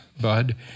bud